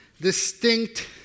distinct